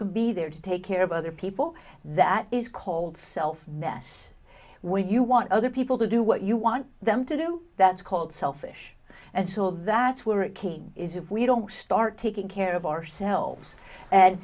can be there to take care of other people that is called self mess when you want other people to do what you want them to do that's called selfish and so that's where it came is if we don't start taking care of ourselves and